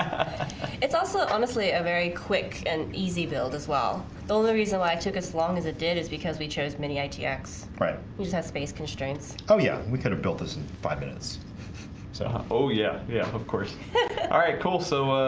it's also honestly a very quick and easy build as well the only reason why i took as long as it did is because we chose mini itx right whose have space constraints. oh? yeah, we could have built this in five minutes so yeah, yeah of course all right cool so ah?